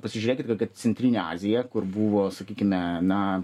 pasižiūrėkit kokią centrinę aziją kur buvo sakykime na